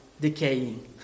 decaying